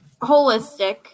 Holistic